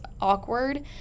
awkward